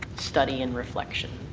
study and reflection.